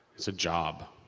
it's a job!